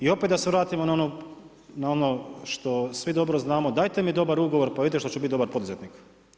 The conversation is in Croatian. I opet da se vratim na ono što svi dobro znamo, dajte mi dobar ugovor, pa vidite što će biti dobar poduzetnik.